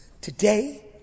Today